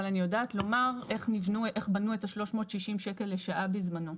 אבל אני יודעת לומר איך בנו את ה-360 שקלים לשעה בזמנו.